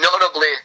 notably